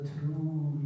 True